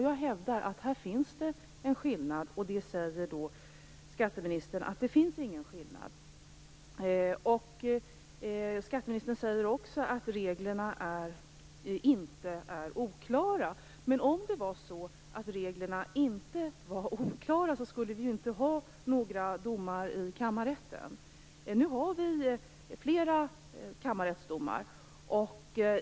Jag hävdar att det finns en skillnad, men det säger skatteministern att det inte gör. Skatteministern säger också att reglerna inte är oklara. Men om reglerna inte vore oklara, skulle vi ju inte ha några domar i kammarrätten. Nu har vi flera kamarrättsdomar.